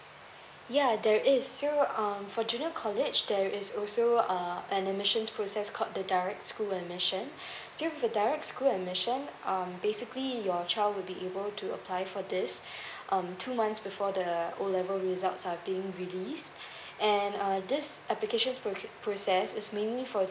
ya there is so um for junior college there is also ah an admission process called the direct school admission so the direct school admission um basically your child will be able to apply for this um two months before the O level results are being released and err this applications pro~ process is mainly for